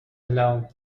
alone